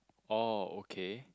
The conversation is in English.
oh okay